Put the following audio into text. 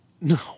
No